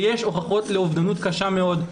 ויש הוכחות לאובדנות קשה מאוד.